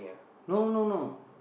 no no no